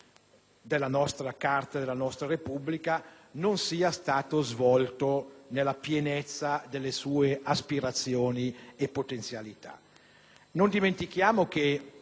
della Costituzione della nostra Repubblica) non sia stato svolto nella pienezza delle sue aspirazioni e potenzialità. Non dimentichiamo che